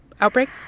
outbreak